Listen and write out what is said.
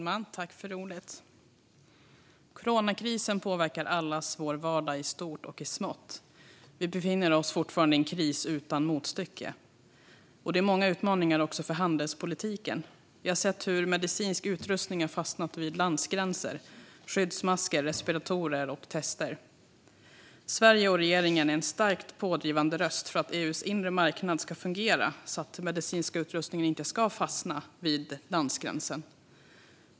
Fru talman! Coronakrisen påverkar allas vår vardag i stort och i smått. Vi befinner oss fortfarande i en kris utan motstycke. Det finns många utmaningar också för handelspolitiken. Vi har sett hur medicinsk utrustning fastnat vid landsgränser - skyddsmasker, respiratorer och tester. Sverige och regeringen är en starkt pådrivande röst för att EU:s inre marknad ska fungera, så att den medicinska utrustningen inte ska fastna vid landsgränser.